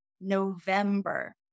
November